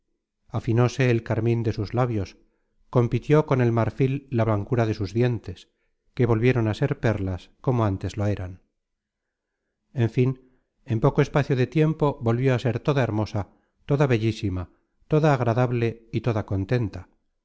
afinóse el carmin de sus labios compitió con el marfil la blancura de sus dientes que volvieron á ser perlas como ántes lo eran en fin en poco espacio de tiempo volvió a ser toda hermosa toda bellísima toda agradable y toda contenta